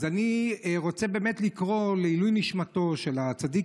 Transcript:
אז אני רוצה לקרוא סיפור לעילוי נשמתו של הצדיק,